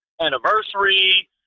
anniversary